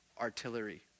artillery